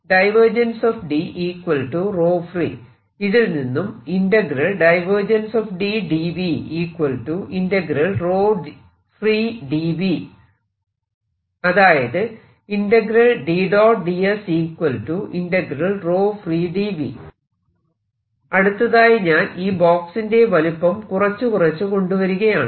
അതായത് ഇതിൽ നിന്നും അതായത് അടുത്തതായി ഞാൻ ഈ ബോക്സിന്റെ വലുപ്പം കുറച്ചു കുറച്ചു കൊണ്ടുവരികയാണ്